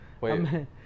wait